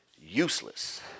useless